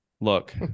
Look